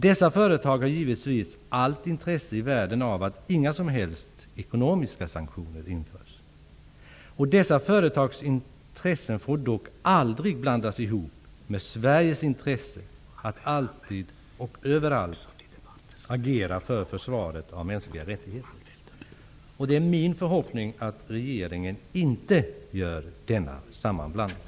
Dessa företag har givetvis allt intresse i världen av att inga som helst ekonomiska sanktioner införs. Dessa företags intressen får dock aldrig blandas ihop med Sveriges intresse att alltid och överallt agera för försvaret av mänskliga rättigheter. Det är min förhoppning att regeringen inte gör denna sammanblandning.